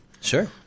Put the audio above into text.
Sure